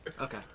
Okay